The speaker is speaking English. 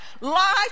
Life